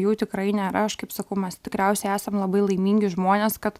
jų tikrai nėra aš kaip sakau mes tikriausiai esam labai laimingi žmonės kad